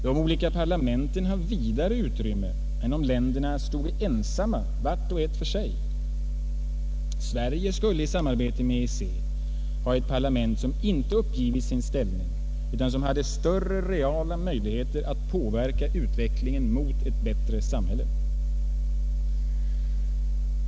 De olika parlamenten har vidare utrymme än om länderna står ensamma vart och ett för sig. Sverige skulle i samarbete med EEC ha ett parlament som inte uppgivit sin ställning utan som hade större reala möjligheter att påverka utvecklingen mot ett bättre samhälle.